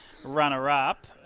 runner-up